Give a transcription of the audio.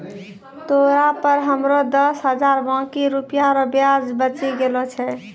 तोरा पर हमरो दस हजार बाकी रुपिया रो ब्याज बचि गेलो छय